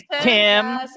Tim